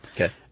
Okay